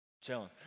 chilling